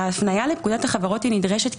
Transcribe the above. ההפניה לפקודת החברות היא נדרשת,